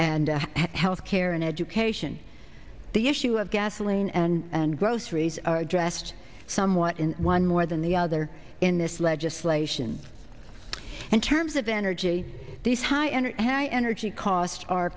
and health care and education the issue of gasoline and groceries are addressed somewhat in one more than the other in this legislation and terms of energy these high energy and energy costs are